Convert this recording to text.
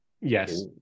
Yes